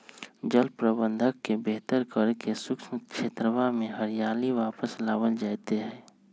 जल प्रबंधन के बेहतर करके शुष्क क्षेत्रवा में हरियाली वापस लावल जयते हई